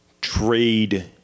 trade